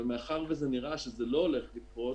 אבל מאחר שנראה שזה לא הולך לקרות,